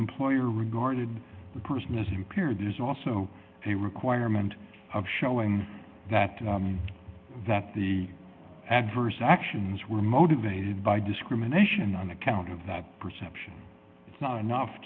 employer regarded the person is impaired is also a requirement of showing that that the adverse actions were motivated by discrimination on account of that perception not enough